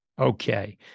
Okay